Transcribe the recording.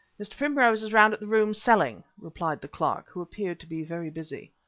mr. primrose is round at the rooms selling, replied the clerk, who appeared to be very busy.